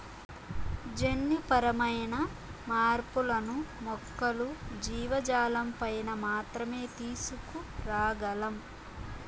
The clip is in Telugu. జన్యుపరమైన మార్పులను మొక్కలు, జీవజాలంపైన మాత్రమే తీసుకురాగలం